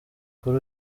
kuri